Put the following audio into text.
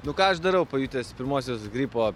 nu ką aš darau pajutęs pirmuosius gripo